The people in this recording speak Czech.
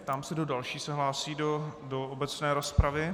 Ptám se, kdo další se hlásí do obecné rozpravy.